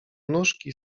nóżki